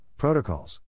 protocols